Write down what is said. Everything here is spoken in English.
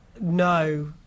No